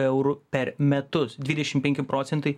eurų per metus dvidešim penki procentai